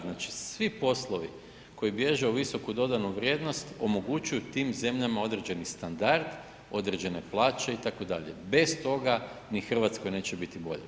Znači, svi poslovi koji bježe u visoku dodanu vrijednost omogućuju tim zemljama određeni standard, određene plaće itd., bez toga ni Hrvatskoj neće biti bolje.